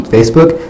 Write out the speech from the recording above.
Facebook